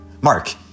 Mark